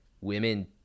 women